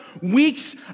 weeks